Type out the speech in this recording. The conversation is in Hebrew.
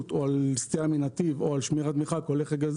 או סטייה מנתיב או על שמירת מרחק או הולך רגל,